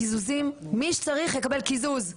קיזוזים - מי שצריך יקבל קיזוז,